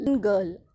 girl